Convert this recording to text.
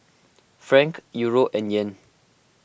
Franc Euro and Yen